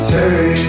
Terry